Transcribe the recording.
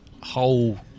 whole